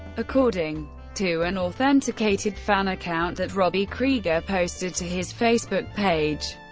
according to an authenticated fan account that robbie krieger posted to his facebook page,